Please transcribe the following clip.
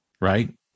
right